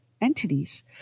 entities